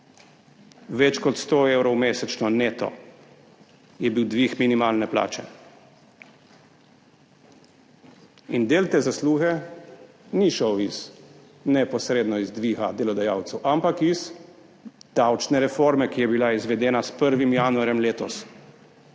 Več kot 100 evrov mesečno neto je bil dvig minimalne plače. Del te zasluge ni šel neposredno iz dviga delodajalcev, ampak iz davčne reforme, ki je bila izvedena s 1. januarjem letos.